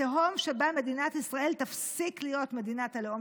התהום שבה מדינת ישראל תפסיק להיות מדינת הלאום